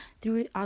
throughout